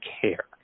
care